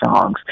songs